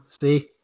See